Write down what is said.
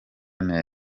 neza